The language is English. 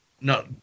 No